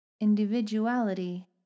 individuality